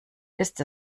ist